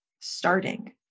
starting